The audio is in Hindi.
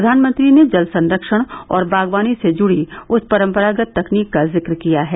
प्रधानमंत्री ने जल संरक्षण और बगवानी से जुड़ी उस परंपरागत तकनीक का जिक्र किया है